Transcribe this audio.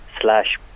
slash